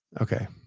Okay